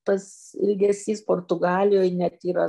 tas ilgesys portugalijoj net yra